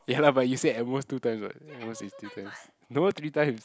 ya lah but you said at most two times what at most is three times no three times